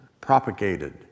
propagated